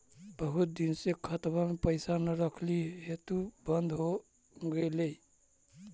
बहुत दिन से खतबा में पैसा न रखली हेतू बन्द हो गेलैय?